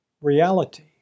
reality